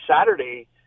Saturday